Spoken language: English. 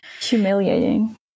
humiliating